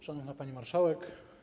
Szanowna Pani Marszałek!